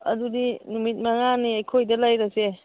ꯑꯗꯨꯗꯤ ꯅꯨꯃꯤꯠ ꯃꯉꯥꯅꯤ ꯑꯩꯈꯣꯏꯗ ꯂꯩꯔꯁꯦ